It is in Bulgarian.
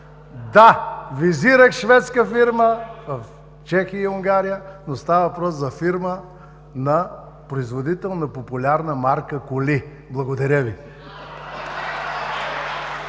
Да, визирах шведска фирма в Чехия и Унгария. Но става въпрос за фирма-производител на популярна марка коли. Благодаря.